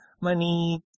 money